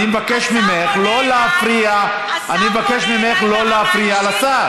אני מציע לך לנקוט קו עקבי לאורך כל הדרך,